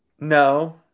No